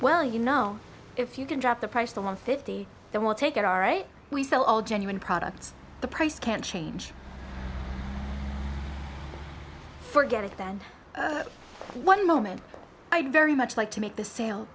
well you know if you can drop the price along fifty they will take it all right we sell all genuine products the price can't change forget it then one moment i very much like to make the sale